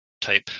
type